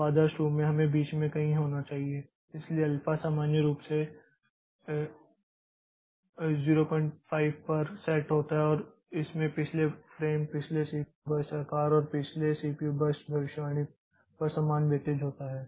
तो आदर्श रूप से हमें बीच में कहीं होना चाहिए इसलिए अल्फा सामान्य रूप से 05 पर सेट होता है और इसमें पिछले फ्रेम पिछले सीपीयू बर्स्ट आकार और पिछले सीपीयू बर्स्ट भविष्यवाणी पर समान वेटेज होता है